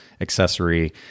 accessory